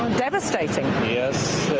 devastating. yes.